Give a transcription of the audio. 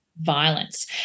violence